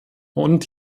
und